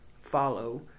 follow